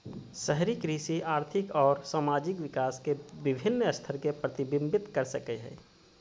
शहरी कृषि आर्थिक अउर सामाजिक विकास के विविन्न स्तर के प्रतिविंबित कर सक हई